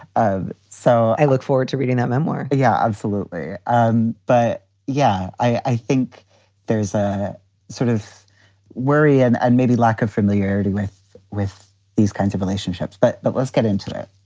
so i look forward to reading that memoir. yeah, absolutely. and but yeah, i think there's a sort of worry and and maybe lack of familiarity with with these kinds of relationships. but but let's get into it.